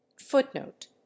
Footnote